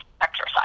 exercise